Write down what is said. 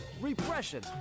repression